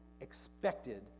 expected